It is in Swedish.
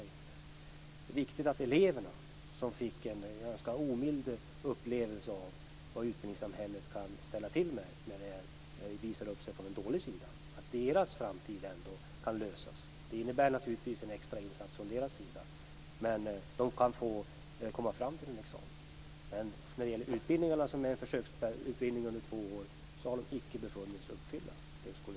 Det är viktigt att säkra framtiden för de elever som fick en ganska omild upplevelse av vad utbildningssamhället kan ställa till med när det visar upp sig från en dålig sida. Det innebär naturligtvis en extra insats från deras sida, men de kan komma fram till en examen. När det gäller de utbildningar som är försöksutbildning under två år har de icke befunnits uppfylla de krav som ställs för högskoleexamen.